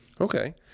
Okay